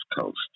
Coast